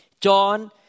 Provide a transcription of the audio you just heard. John